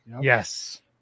Yes